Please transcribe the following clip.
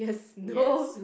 yes